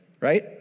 right